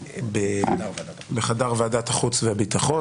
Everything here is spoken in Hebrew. בחדר ועדת החוץ והביטחון.